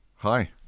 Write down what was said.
Hi